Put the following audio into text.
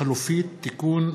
חלופית (תיקון,